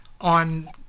on